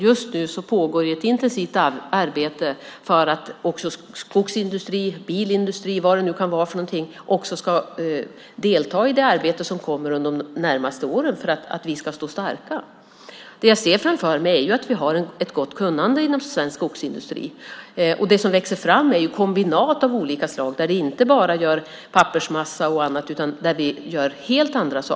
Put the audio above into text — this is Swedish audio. Just nu pågår ett intensivt arbete för att skogsindustrin, bilindustrin och vad det nu kan vara ska delta i det arbete som kommer under de närmaste åren för att vi ska stå starka. Jag ser framför mig att vi har ett gott kunnande inom svensk skogsindustri. Det som växer fram är kombinat av olika slag där vi inte bara gör pappersmassa och annat utan där vi gör helt andra saker.